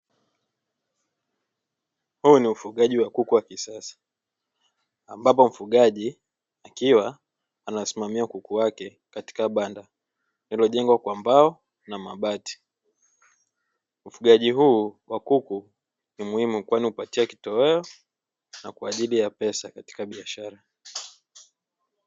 Huu ni ufugaji wa kuku wa kisasa ambapo mfugaji akiwa anasimamia kuku wake katika banda lililo jengwa kwa mbao na mabati. Ufugaji huu wa kuku ni muhimu kwani hupatia kitoweo na kwa ajili ya pesa katika biashara.